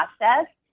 process